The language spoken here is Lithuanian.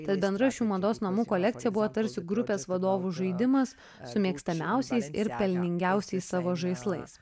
tad bendra šių mados namų kolekcija buvo tarsi grupės vadovų žaidimas su mėgstamiausiais ir pelningiausiais savo žaislais